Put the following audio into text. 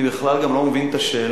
אני בכלל גם לא מבין את השאלה,